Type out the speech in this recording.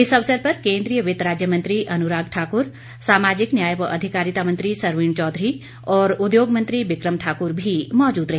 इस अवसर पर केन्द्रीय वित्त राज्य मंत्री अनुराग ठाकुर सामाजिक न्याय व अधिकारिता मंत्री सरवीण चौधरी और उद्योग मंत्री बिकम ठाक्र भी मौजूद रहे